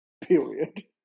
Period